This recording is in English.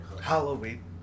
Halloween